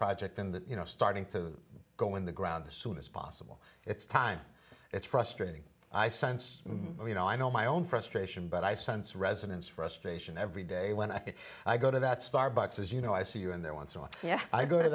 project in that you know starting to go in the ground as soon as possible it's time it's frustrating i sense you know i know my own frustration but i sense residents frustration every day when i go to that starbucks is you know i see you in there once or yeah i go to